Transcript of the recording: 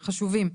הם חשובים.